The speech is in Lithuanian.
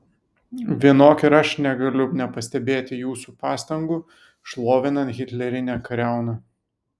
vienok ir aš negaliu nepastebėti jūsų pastangų šlovinant hitlerinę kariauną